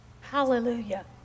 Hallelujah